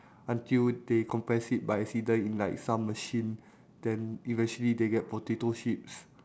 until they compress it by accident in like some machine then eventually they get potato chips